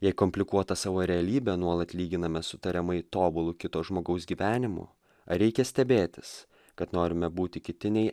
jei komplikuotą savo realybę nuolat lyginame su tariamai tobulu kito žmogaus gyvenimu ar reikia stebėtis kad norime būti kiti nei